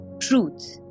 truth